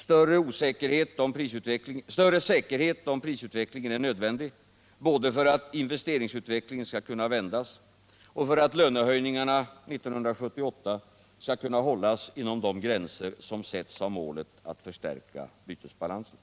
Större säkerhet om prisutvecklingen är nödvändig både för att investeringsutvecklingen skall kunna vändas och för att lönehöjningarna 1978 skall kunna hållas inom de gränser, som sätts av målet att förstärka bytesbalansen.